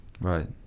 Right